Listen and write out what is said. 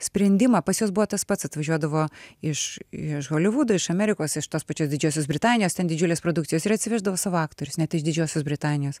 sprendimą pas juos buvo tas pats atvažiuodavo iš iš holivudo iš amerikos iš tos pačios didžiosios britanijos ten didžiulės produkcijos ir atsiveždavo savo aktorius net iš didžiosios britanijos